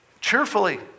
cheerfully